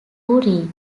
reed